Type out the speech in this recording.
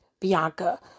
Bianca